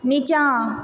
निचाॅं